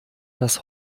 das